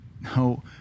No